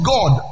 God